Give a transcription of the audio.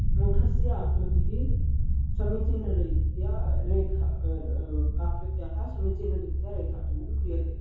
मुखस्य आकृतिः समीचीनरीत्या रेखा आकृत्याः समीचीनरीत्या रेखाटनं क्रियते